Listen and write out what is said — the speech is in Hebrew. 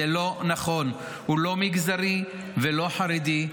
זה לא נכון, הוא לא מגזרי ולא חרדי,